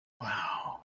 Wow